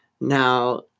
Now